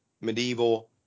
medieval